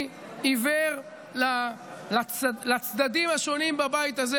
אני עיוור לצדדים השונים בבית הזה.